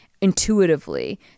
intuitively